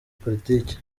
politiki